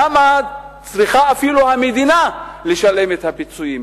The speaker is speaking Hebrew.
למה המדינה צריכה אפילו לשלם את הפיצויים.